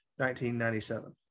1997